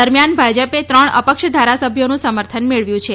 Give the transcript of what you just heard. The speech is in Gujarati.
દરમિયાન ભાજપે ત્રણ અપક્ષ ધારાસભ્યોનું સમર્થન મેળવ્યું છે